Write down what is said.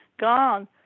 gone